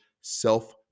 self